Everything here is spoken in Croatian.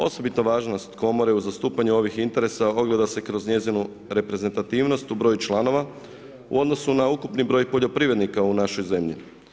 Osobita važnost komore u zastupanju ovih interesa ogleda se kroz njezinu reprezentativnost u broju članova u odnosu na ukupni broj poljoprivrednika u našoj zemlji.